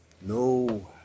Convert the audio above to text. No